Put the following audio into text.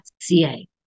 ca